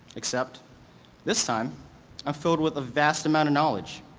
except this time, i'm filled with a vast amount of knowledge,